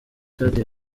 stade